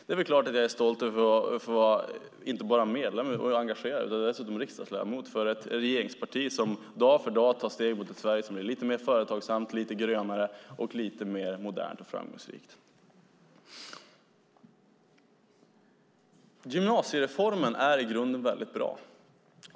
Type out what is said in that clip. Det är väl klart att jag är stolt över att inte bara få vara medlem och engagerad utan dessutom riksdagsledamot för ett regeringsparti som dag för dag tar steg mot ett Sverige som är lite mer företagsamt, lite grönare och lite mer modernt och framgångsrikt. Gymnasiereformen är i grunden väldigt bra.